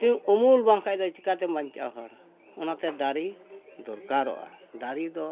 ᱩᱢᱩᱞ ᱵᱟᱝᱠᱷᱟᱱ ᱫᱚ ᱪᱤᱠᱟᱹᱛᱮᱢ ᱵᱟᱧᱪᱟᱜᱼᱟ ᱦᱚᱲ ᱚᱱᱟᱛᱮ ᱫᱟᱨᱮ ᱫᱚᱨᱠᱟᱨᱚᱜᱼᱟ ᱫᱟᱨᱮ ᱫᱚ